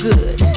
Good